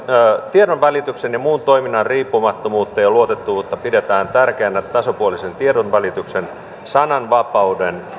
tiedonvälityksen ja muun toiminnan riippumattomuutta ja luotettavuutta pidetään tärkeänä tasapuolisen tiedonvälityksen sananvapauden